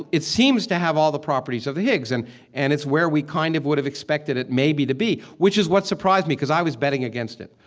it it seems to have all the properties of the higgs, and and it's where we kind of would have expected it maybe to be, which is what surprised me because i was betting against it.